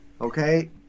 Okay